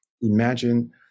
Imagine